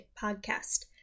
Podcast